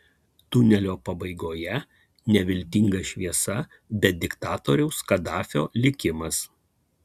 tunelio pabaigoje ne viltinga šviesa bet diktatoriaus kadafio likimas